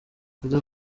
oda